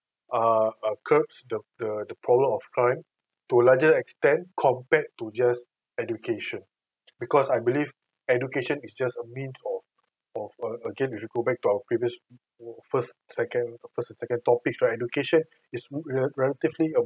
err curbs the the problem of crime to larger extent compared to just education because I believe education is just a means of of uh again if you go back to our previous first second first and second topics right education is rela~ relatively a